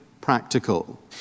practical